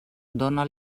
dóna